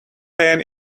pan